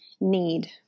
need